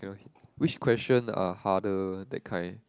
which question are harder that kind